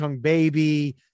Baby